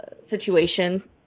situation